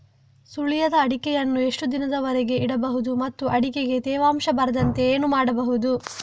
ಸುಲಿಯದ ಅಡಿಕೆಯನ್ನು ಎಷ್ಟು ದಿನಗಳವರೆಗೆ ಇಡಬಹುದು ಮತ್ತು ಅಡಿಕೆಗೆ ತೇವಾಂಶ ಬರದಂತೆ ಏನು ಮಾಡಬಹುದು?